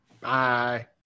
Bye